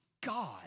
God